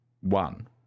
One